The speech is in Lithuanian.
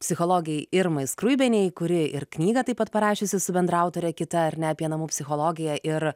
psichologei irmai skruibienei kuri ir knygą taip pat parašiusi su bendraautore kita ar ne apie namų psichologiją ir